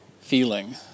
feeling